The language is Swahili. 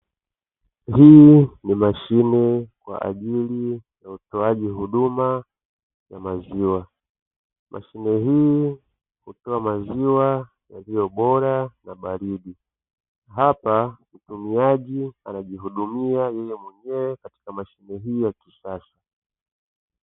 Hii ni mashine kwa ajili ya utoaji huduma ya maziwa, mashine hii hutoa maziwa yaliyo bora na baridi, hapa mtumiaji anajihudumia yeye mwenyewe katika mashine hii ya kisasa.